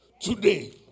today